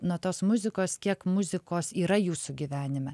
nuo tos muzikos kiek muzikos yra jūsų gyvenime